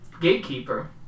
gatekeeper